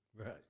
Right